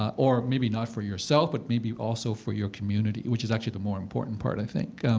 or maybe not for yourself, but maybe also for your community, which is actually the more important part, i think.